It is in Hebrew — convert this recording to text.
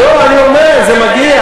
לא, אני אומר, זה מגיע.